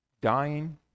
Dying